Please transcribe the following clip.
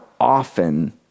often